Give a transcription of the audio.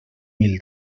mil